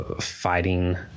fighting